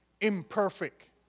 imperfect